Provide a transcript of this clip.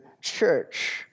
church